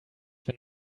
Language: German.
wenn